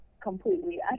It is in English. Completely